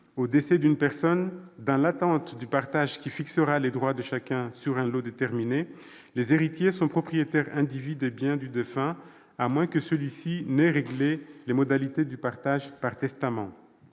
au décès d'une personne, dans l'attente du partage qui fixera les droits de chacun sur un lot déterminé, les héritiers sont propriétaires indivis des biens du défunt, à moins que celui-ci n'ait réglé les modalités du partage par testament.